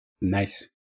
Nice